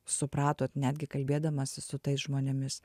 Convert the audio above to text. supratot netgi kalbėdamasi su tais žmonėmis